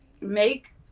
make